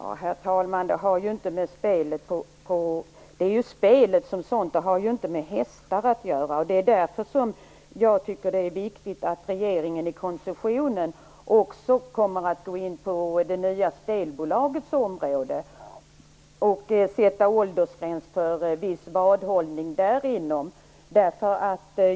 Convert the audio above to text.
Herr talman! Det är ju spelet som sådant det gäller. Det har ju inte med hästarna i sig att göra. Det är därför jag tycker att det är viktigt att regeringen i koncessionen också går in på det nya spelbolagets område och sätter en åldersgräns för viss vadhållning därinom.